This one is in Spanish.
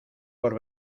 por